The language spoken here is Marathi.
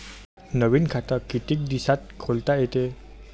नवीन खात कितीक दिसात खोलता येते?